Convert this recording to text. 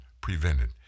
prevented